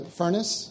furnace